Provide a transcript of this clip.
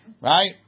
Right